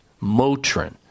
Motrin